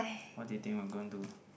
what do you think we are going do